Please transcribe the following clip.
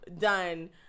done